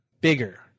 bigger